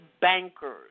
bankers